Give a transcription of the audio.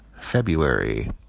February